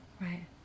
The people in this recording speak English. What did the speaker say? right